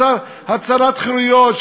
הצרת חירויות,